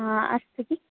हा अस्तु जि